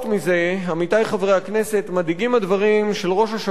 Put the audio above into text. מדאיגים הדברים של ראש השב"כ ושל ראש המוסד בנושא האירני.